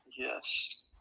Yes